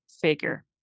figure